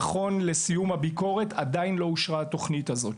נכון לסיום הביקורת, עדיין לא אושרה התוכנית הזאת.